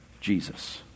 Jesus